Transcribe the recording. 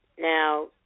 Now